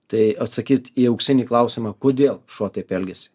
tai atsakyt į auksinį klausimą kodėl šuo taip elgiasi